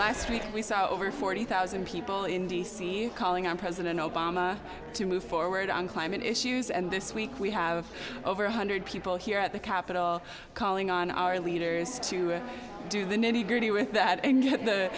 last week we saw over forty thousand people in d c calling on president obama to move forward on climate issues and this week we have over one hundred people here at the capitol calling on our leaders to do the nitty gritty with that and